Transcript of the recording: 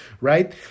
right